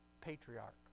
patriarch